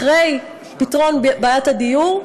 אחרי פתרון בעיית הדיור,